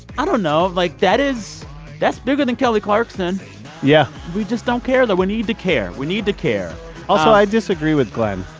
i don't know. like, that is that's bigger than kelly clarkson yeah we just don't care, though. we need to care. we need to care also, i disagree with glen.